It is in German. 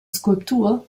skulptur